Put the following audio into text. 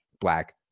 Black